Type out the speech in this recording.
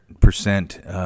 Percent